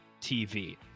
TV